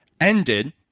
ended